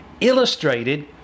illustrated